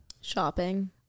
Shopping